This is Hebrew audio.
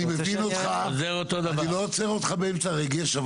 אני מבין אותך ואני לא עוצר אותך באמצע הרגש,